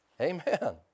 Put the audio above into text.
Amen